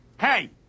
hey